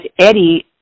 Eddie